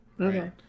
okay